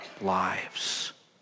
lives